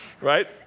Right